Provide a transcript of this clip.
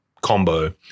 combo